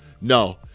no